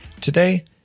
Today